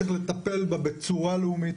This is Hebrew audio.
צריך לטפל בה בצורה לאומית.